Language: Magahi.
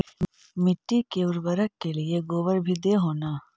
मिट्टी के उर्बरक के लिये गोबर भी दे हो न?